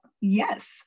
yes